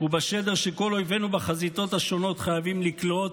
ובשדר שכל אויבינו בחזיתות השונות חייבים לקלוט,